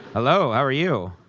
hello. how are you?